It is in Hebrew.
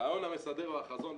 הרעיון המסדר או החזון,